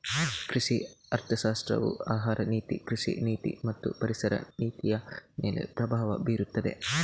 ಕೃಷಿ ಅರ್ಥಶಾಸ್ತ್ರವು ಆಹಾರ ನೀತಿ, ಕೃಷಿ ನೀತಿ ಮತ್ತು ಪರಿಸರ ನೀತಿಯಮೇಲೆ ಪ್ರಭಾವ ಬೀರುತ್ತದೆ